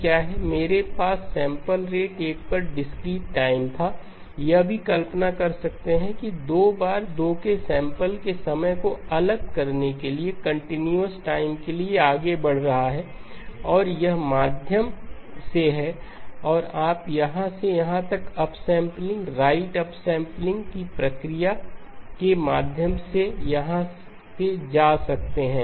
मेरे पास sample rate 1 पर डिस्क्रीट टाइम थायह भी कल्पना कर सकते हैं कि 2 बार 2 के सैंपल के समय को अलग करने के लिए कंटीन्यूअस टाइम के लिए आगे बढ़ रहा है और यह माध्यम से है और आप यहां से यहां तक अप सैंपलिंग राइट अप सैंपलिंगright up sampling की प्रक्रिया के माध्यम से यहां से जा सकते हैं